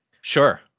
Sure